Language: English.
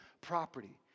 property